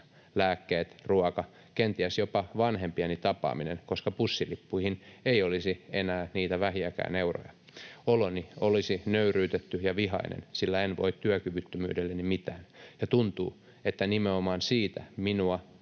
Lääkkeet, ruoka — kenties jopa vanhempieni tapaaminen, koska bussilippuihin ei olisi enää niitä vähiäkään euroja. Oloni olisi nöyryytetty ja vihainen, sillä en voi työkyvyttömyydelleni mitään, ja tuntuu, että nimenomaan siitä minua